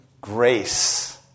grace